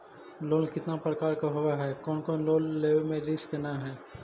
Loan कितना प्रकार के होबा है कोन लोन लेब में रिस्क न है?